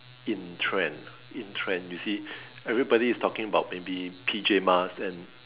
in trend in trend you see everybody is talking about maybe P_J mask and